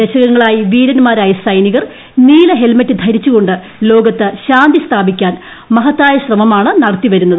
ദശകങ്ങളായി വീരന്മാരായ സൈനികർ നീല ഹെൽമറ്റ് ധരിച്ചുകൊണ്ട് ലോകത്ത് ശാന്തി സ്ഥാപിക്കാൻ മഹത്തായ ശ്രമമാണ് നടത്തിവരുന്നത്